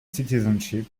citizenship